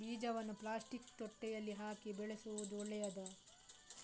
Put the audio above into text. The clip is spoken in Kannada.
ಬೀಜವನ್ನು ಪ್ಲಾಸ್ಟಿಕ್ ತೊಟ್ಟೆಯಲ್ಲಿ ಹಾಕಿ ಬೆಳೆಸುವುದು ಒಳ್ಳೆಯದಾ?